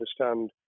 understand